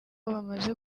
bamaze